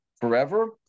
forever